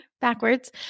backwards